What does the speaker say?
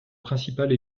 principale